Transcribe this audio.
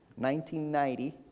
1990